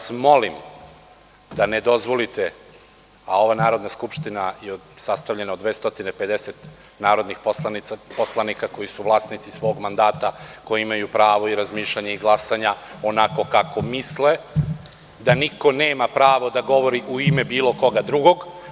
Molim vas da ne dozvolite, a ova Narodna skupština je sastavljena od 250 narodnih poslanika koji su vlasnici svog mandata, koji imaju pravo i razmišljanja i glasanja onako kako misle, da niko nema pravo da govori u ime bilo koga drugog.